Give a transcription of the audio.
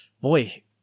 boy